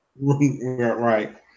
Right